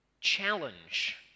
challenge